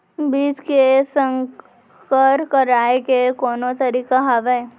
बीज के संकर कराय के कोनो तरीका हावय?